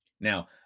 Now